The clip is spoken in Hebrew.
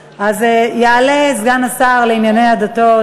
יעלה סגן השר לענייני הדתות,